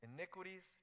Iniquities